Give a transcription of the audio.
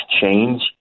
change